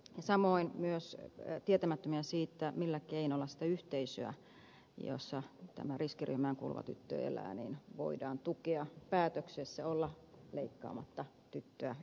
samoin he ovat tietämättömiä myös siitä millä keinoilla sitä yhteisöä jossa tämä riskiryhmään kuuluva tyttö elää voidaan tukea päätöksessä olla leikkaamatta tyttöä ympäri